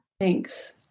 thanks